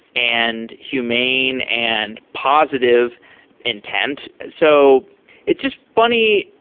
and humane, and positive intent. so it's just funny,